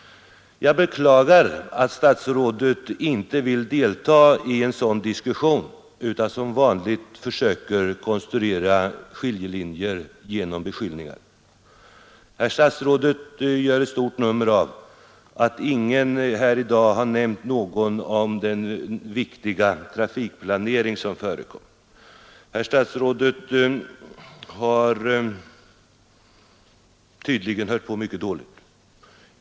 Jag beklagar att statsrådet inte vill delta i en sådan diskussion utan som vanligt försöker konstruera skiljelinjer genom beskyllningar. Herr statsrådet gör ett stort nummer av att ingen här i dag har nämnt någonting om den viktiga trafikplanering som förekommer. Herr statsrådet har tydligen hört på mycket dåligt.